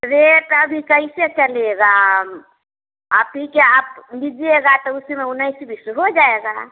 rate अभी कैसे चलिएगा आप ही के आप लीजिएगा तो उसी में उन्नीस बीस हो जाएगा